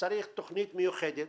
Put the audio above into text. שצריך תוכנית מיוחדת